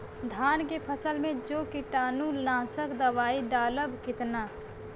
धान के फसल मे जो कीटानु नाशक दवाई डालब कितना?